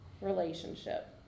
relationship